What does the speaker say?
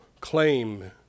claim